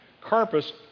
Carpus